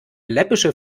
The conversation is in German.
läppische